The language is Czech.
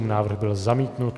Návrh byl zamítnut.